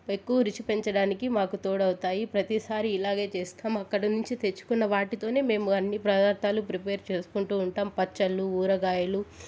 ఎక్కువ రుచి పెంచడానికి మాకు తోడవుతాయి ప్రతిసారి ఇలాగే చేస్తాం అక్కడి నుంచి తెచ్చుకున్న వాటితోనే మేము అన్నీ పదార్థాలు ప్రిపేర్ చేసుకుంటు ఉంటాం పచ్చళ్ళు ఊరగాయలు